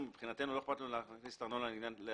מבחינתנו לא אכפת לנו להכניס את הארנונה להגדרה